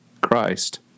Christ